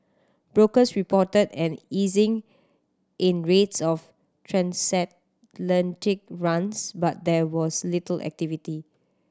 brokers reported an easing in rates of transatlantic runs but there was little activity